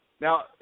Now